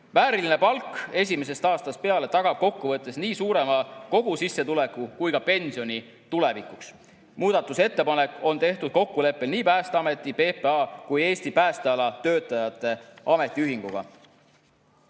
Vääriline palk esimesest aastast peale tagab kokkuvõttes nii suurema kogusissetuleku kui ka pensioni tulevikuks. Muudatusettepanek on tehtud kokkuleppel nii Päästeameti, PPA kui ka Eesti Päästeala Töötajate Ametiühinguga.